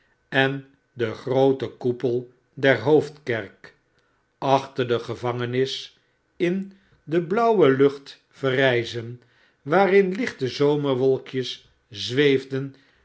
en den grooten koepel der hoofdkerk achter de gevangenis in de blauwe lucht verrijzen waarin lichte zomerwolkjes zweefden